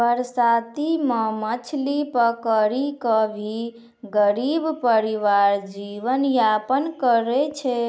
बरसाती मॅ मछली पकड़ी कॅ भी गरीब परिवार जीवन यापन करै छै